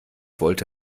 wollte